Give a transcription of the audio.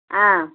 ಹಾಂ